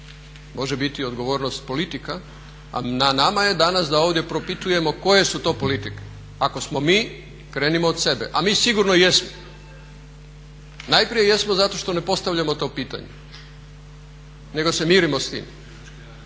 Može biti odgovornost politika, a na nama je danas da ovdje propitujemo koje su to politike. Ako smo mi krenimo od sebe, a mi sigurno jesmo. Najprije jesmo zato što ne postavljamo to pitanje, nego se mirimo s tim.